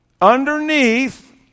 underneath